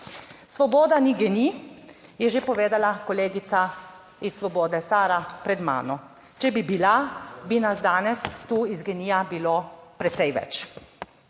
Svoboda ni GEN-I, je že povedala kolegica iz Svobode Sara pred mano. Če bi bila, bi nas danes tu iz GEN-I bilo precej več.